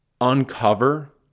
uncover